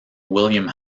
william